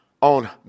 on